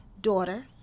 daughter